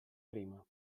prima